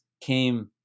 came